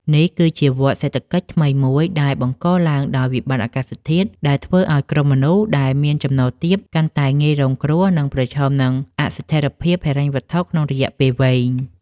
នេះគឺជាវដ្តសេដ្ឋកិច្ចថ្មីមួយដែលបង្កឡើងដោយវិបត្តិអាកាសធាតុ ដែលធ្វើឱ្យក្រុមមនុស្សដែលមានចំណូលទាបកាន់តែងាយរងគ្រោះ និងប្រឈមនឹងអស្ថិរភាពហិរញ្ញវត្ថុក្នុងរយៈពេលវែង។